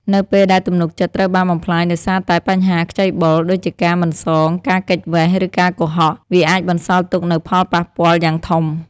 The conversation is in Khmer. នៅពេលដែលទំនុកចិត្តត្រូវបានបំផ្លាញដោយសារតែបញ្ហាខ្ចីបុល (ដូចជាការមិនសង ការគេចវេះ ឬការកុហក) វាអាចបន្សល់ទុកនូវផលប៉ះពាល់យ៉ាងធំ។